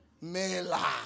Mela